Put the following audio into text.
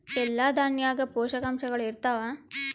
ಎಲ್ಲಾ ದಾಣ್ಯಾಗ ಪೋಷಕಾಂಶಗಳು ಇರತ್ತಾವ?